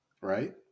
Right